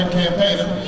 campaign